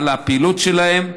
על הפעילות שלהם.